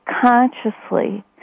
consciously